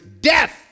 death